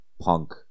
punk